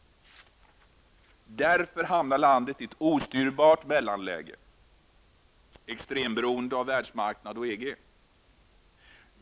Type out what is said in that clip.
Därför hamnar landet i ett ostyrbart mellanläge -- extremberoende av världsmarknaden och EG.